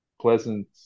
pleasant